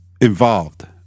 involved